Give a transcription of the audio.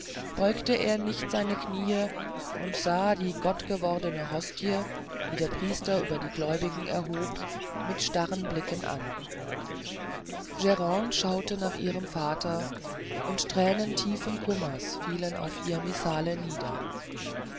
beugte er nicht seine kniee und sah die gott gewordene hostie die der priester über die gläubigen erhob mit starren blicken an gian schaute nach ihrem vater und thränen tiefen kummers fielen auf ihr missale nieder